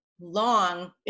long